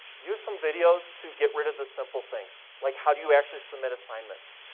use some videos to get rid of the simple things. like, how do you actually submit assignments?